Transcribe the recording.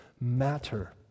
matter